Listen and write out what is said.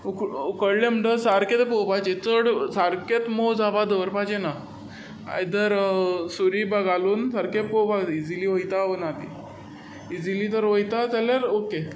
उकोडले म्हणटगीर सारके ते पोवपाचे चड सारकेच मोव जावपा दवरपाचे ना आयदर सुरी बा गालून सारके पोवपा जाय इजिली वयता वा ना ती इजिली जोर वायता जाल्यार ओके ते जालें म्हुणटोच